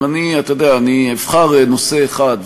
אבל אני אבחר נושא אחד,